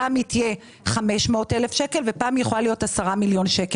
פעם היא תהיה 500 מיליון שקלים ופעם היא יכולה להיות 10 מיליון שקלים